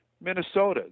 minnesota